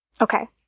Okay